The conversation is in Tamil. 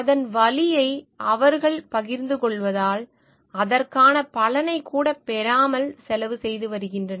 அதன் வலியை அவர்கள் பகிர்ந்து கொள்வதால் அதற்கான பலனைக் கூட பெறாமல் செலவு செய்து வருகின்றனர்